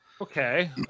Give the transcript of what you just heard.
Okay